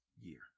year